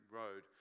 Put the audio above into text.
road